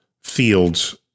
fields